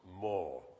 more